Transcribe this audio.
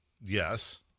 Yes